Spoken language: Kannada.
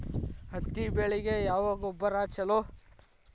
ಹತ್ತಿ ಬೆಳಿಗ ಯಾವ ಗೊಬ್ಬರ ಛಲೋ?